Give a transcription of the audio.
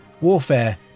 warfare